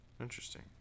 interesting